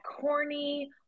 corny